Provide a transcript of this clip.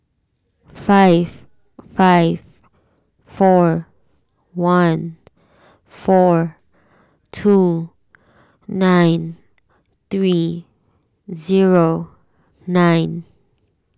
five five four one four two nine three zero nine